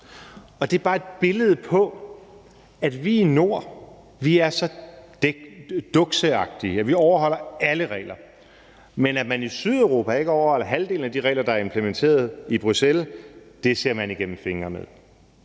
Og det er bare et billede på, at vi i Norden er så dukseagtige, at vi overholder alle regler. Men at man i Sydeuropa ikke overholder halvdelen af de regler, der er implementeret i Bruxelles, ser man igennem fingre med.